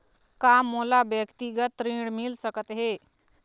का मोला व्यक्तिगत ऋण मिल सकत हे?